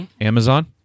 Amazon